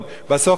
בסוף הוא נפל.